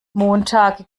montage